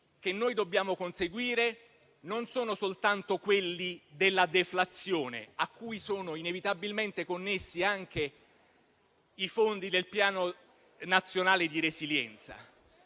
che dobbiamo conseguire non sono soltanto quelli della deflazione, a cui sono inevitabilmente connessi i fondi del Piano nazionale di ripresa